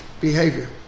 behavior